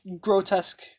grotesque